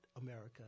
America